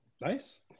nice